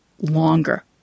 longer